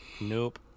Nope